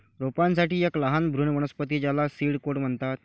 रोपांसाठी एक लहान भ्रूण वनस्पती ज्याला सीड कोट म्हणतात